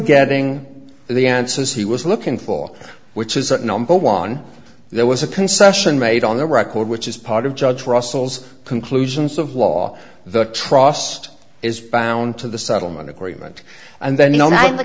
getting the answers he was looking for which is that number one there was a concession made on the record which is part of judge russell's conclusions of law the trust is bound to the settlement agreement and then you know not in the